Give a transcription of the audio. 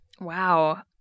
Wow